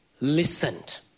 listened